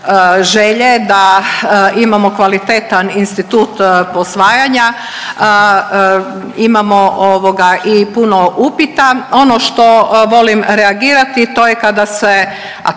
želje da imamo kvalitetan institut posvajanja imamo i puno upita. Ono što volim reagirati to je kada se,